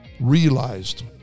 realized